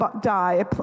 die